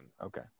okay